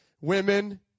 women